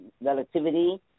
Relativity